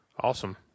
Awesome